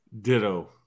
Ditto